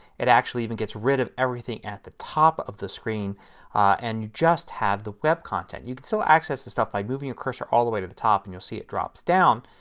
it actually even gets rid of everything at the top of the screen and just have the web content. you can still access the stuff by moving your cursor all the way to the top and you see that it drops down.